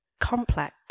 complex